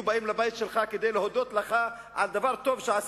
היו באים לבית שלך כדי להודות לך על דבר טוב שעשית,